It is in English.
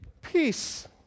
peace